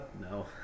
no